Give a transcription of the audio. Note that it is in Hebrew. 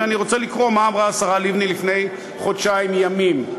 ואני רוצה לקרוא מה אמרה השרה לבני לפני חודשיים ימים.